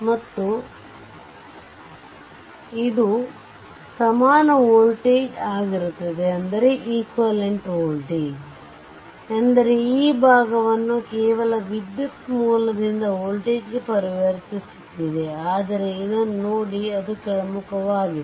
ಮತ್ತು ಇದು ಸಮಾನ ವೋಲ್ಟೇಜ್ ಆಗಿರುತ್ತದೆ ಎಂದರೆ ಈ ಭಾಗವನ್ನು ಕೇವಲ ವಿದ್ಯುತ್ ಮೂಲದಿಂದ ವೋಲ್ಟೇಜ್ಗೆ ಪರಿವರ್ತಿಸುತ್ತಿದೆ ಆದರೆ ಇದನ್ನು ನೋಡಿ ಅದು ಕೆಳಮುಖವಾಗಿದೆ